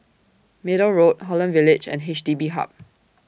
Middle Road Holland Village and H D B Hub